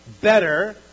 better